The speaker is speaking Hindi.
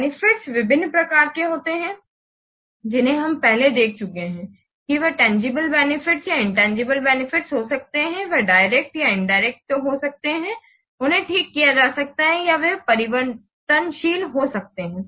बेनिफिट्स विभिन्न प्रकार के होते हैं जिन्हें हम पहले देख चुके हैं कि वे तंजीबले बेनिफिट्स या इनतंजीबले बेनिफिट्स हो सकते हैं वे डायरेक्ट या इनडायरेक्ट हो सकते हैं उन्हें ठीक किया जा सकता है या वे परिवर्तनशील हो सकते हैं